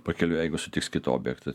pakeliui jeigu sutiks kitą objektą